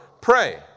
pray